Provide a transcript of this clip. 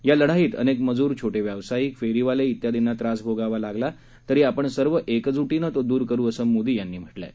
या लढाईत अनेक मजूर छोटे व्यावसायिक फेरीवाले व्यादींना त्रास भोगावा लागला तरी आपण सर्व एकजूटीने तो दूर करू असं मोदी यांनी म्हटलं आहे